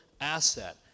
asset